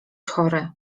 chory